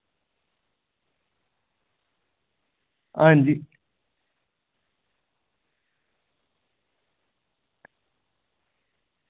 आं जी